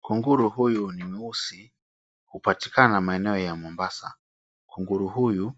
Kunguru huyu ni mweusi hupatikana maeneo ya Mombasa. Kunguru huyu